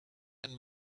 and